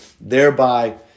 thereby